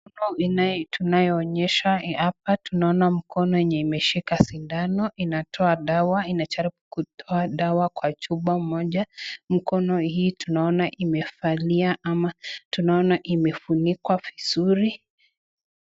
Mambo tunayoonyeshwa hapa tunaona mkono imeshika sindano inatoa dawa Inajiribu kutoa dawa kwa chupa moja mkono hii tunaona imevalia ama tunaona imefunikwa vizuri.